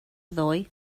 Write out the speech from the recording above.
ddoe